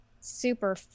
super